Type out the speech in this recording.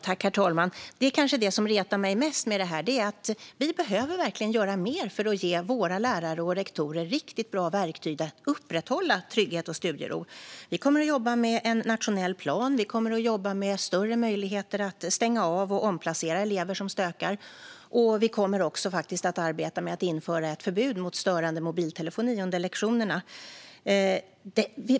Herr talman! Det är kanske det som retar mig mest med detta. Vi behöver verkligen göra mer för att ge våra lärare och rektorer riktigt bra verktyg för att upprätthålla trygghet och studiero. Vi kommer att jobba med en nationell plan och med att ge större möjligheter att stänga av och omplacera elever som stökar. Vi kommer också att arbeta med att införa ett förbud mot störande mobiltelefoni under lektionerna.